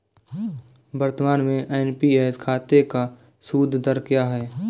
वर्तमान में एन.पी.एस खाते का सूद दर क्या है?